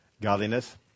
godliness